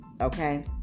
okay